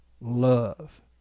love